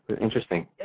Interesting